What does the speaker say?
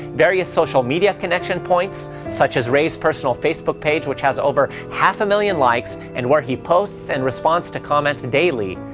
various social media connection points such as ray's personal facebook page, which has over half a million likes and where he posts and responds to comments daily,